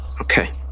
Okay